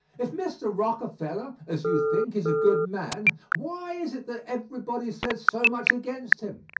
if mr. rockefeller, as you think, is a good man, why is it that everybody says so much against him?